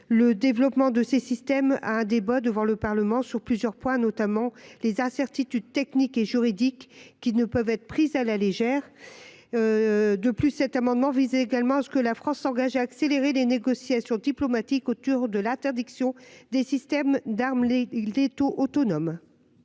Le développement de ces systèmes à un débat devant le Parlement sur plusieurs points, notamment les incertitudes techniques et juridiques qui ne peuvent être pris à la légère. De plus, cet amendement visait également à ce que la France s'engage à accélérer les négociations diplomatiques autour de l'interdiction des systèmes d'armes les îles